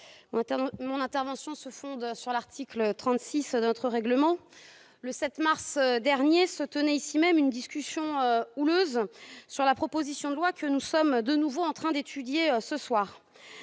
mon intervention se fonde sur l'article 36 du règlement. Le 7 mars dernier se tenait ici même une discussion houleuse sur la proposition de loi que nous allons de nouveau étudier ce soir.